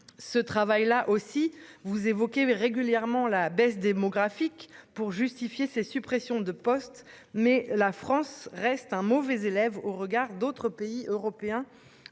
Ce travail là aussi vous évoquez régulièrement la baisse démographique pour justifier ces suppressions de postes mais la France reste un mauvais élève au regard d'autres pays européens